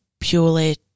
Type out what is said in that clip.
purely